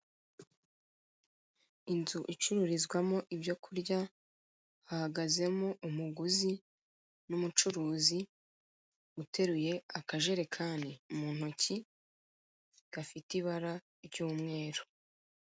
Inzu icururizwamo ibyo kurya, hahagazemo umuguzi n'umucuruzi uteruye akajerekani mu ntoki, gafite ibara ry'umweru.